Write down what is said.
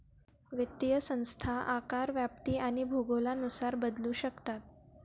वित्तीय संस्था आकार, व्याप्ती आणि भूगोलानुसार बदलू शकतात